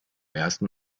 ersten